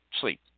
sleep